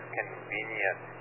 convenient